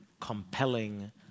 compelling